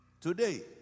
Today